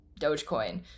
Dogecoin